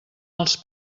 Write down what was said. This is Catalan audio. els